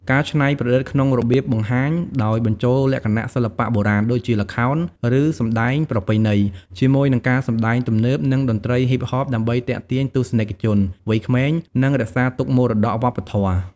ការច្នៃប្រឌិតក្នុងរបៀបបង្ហាញ ដោយបញ្ចូលលក្ខណៈសិល្បៈបុរាណ ដូចជា ល្ខោន ឬសម្តែងប្រពៃណី ជាមួយនឹងការសម្តែងទំនើប និងតន្ត្រីហ៊ីបហប ដើម្បីទាក់ទាញទស្សនិកជន វ័យក្មេង និងរក្សាទុកមរតកវប្បធម៌។